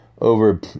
over